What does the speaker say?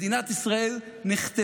מדינת ישראל נחטפה